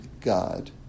God